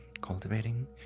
cultivating